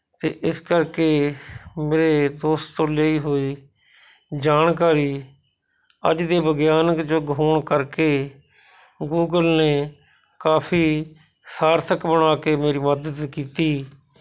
ਅਤੇ ਇਸ ਕਰਕੇ ਮੇਰੇ ਦੋਸਤ ਤੋਂ ਲਈ ਹੋਈ ਜਾਣਕਾਰੀ ਅੱਜ ਦੇ ਵਿਗਿਆਨਕ ਯੁਗ ਹੋਣ ਕਰਕੇ ਗੂਗਲ ਨੇ ਕਾਫੀ ਸਾਰਥਕ ਬਣਾ ਕੇ ਮੇਰੀ ਮਦਦ ਕੀਤੀ